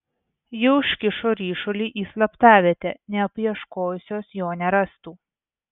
ji užkišo ryšulį į slaptavietę nepaieškojusios jo nerastų